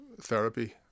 therapy